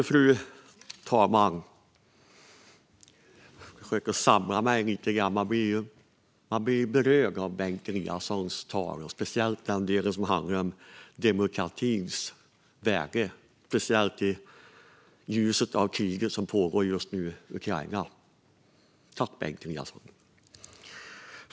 Fru talman! Jag försöker att samla mig lite grann - jag blev berörd av Bengt Eliassons tal, speciellt av den del som handlade om demokratins värde, särskilt i ljuset av det krig som pågår just nu i Ukraina. Tack, Bengt Eliasson!